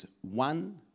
one